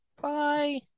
Bye